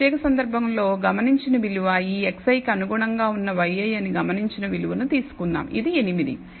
ఈ ప్రత్యేక సందర్భంలో గమనించిన విలువ ఈ xi కి అనుగుణంగా ఉన్న yi అని గమనించిన విలువను తీసుకుందాం ఇది 8